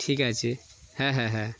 ঠিক আছে হ্যাঁ হ্যাঁ হ্যাঁ